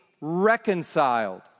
reconciled